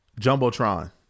Jumbotron